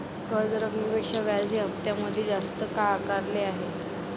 कर्ज रकमेपेक्षा व्याज हे हप्त्यामध्ये जास्त का आकारले आहे?